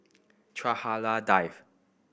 Chua Hak Lien Dave